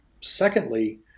Secondly